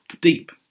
deep